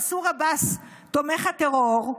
מנסור עבאס תומך הטרור,